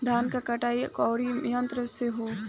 धान क कटाई कउना यंत्र से हो?